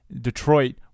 Detroit